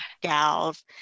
gals